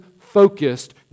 focused